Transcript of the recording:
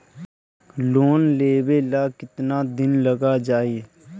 Loan लेबे ला कितना दिन लाग जाई?